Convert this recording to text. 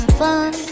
fun